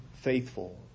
faithful